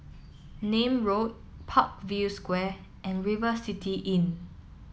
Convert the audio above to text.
Nim Road Parkview Square and River City Inn